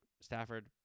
Stafford